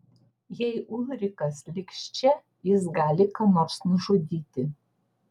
jei ulrikas liks čia jis gali ką nors nužudyti